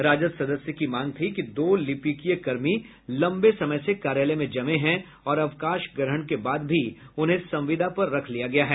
राजद सदस्य की मांग थी कि दो लिपिकीय कर्मी लंबे समय से कार्यालय में जमे हैं और अवकाश ग्रहण के बाद भी उन्हें संविदा पर रख लिया गया है